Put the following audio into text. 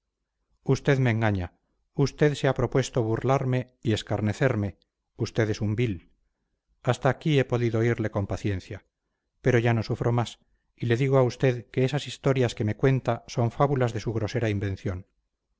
usted me engaña usted se ha propuesto burlarme y escarnecerme usted es un vil hasta aquí he podido oírle con paciencia pero ya no sufro más y le digo a usted que esas historias que me cuenta son fábulas de su grosera invención